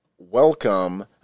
Welcome